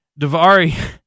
Davari